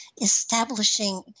establishing